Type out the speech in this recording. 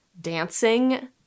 dancing